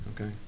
Okay